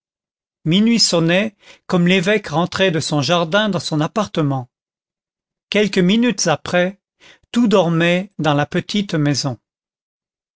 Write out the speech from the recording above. minuit sonnait comme l'évêque rentrait de son jardin dans son appartement quelques minutes après tout dormait dans la petite maison